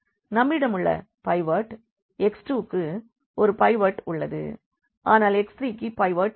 நம்மிடம் உள்ள pivot x2 விற்கு ஒரு பைவோட் உள்ளது ஆனால் x3 க்கு பைவோட் இல்லை